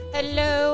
Hello